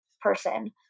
person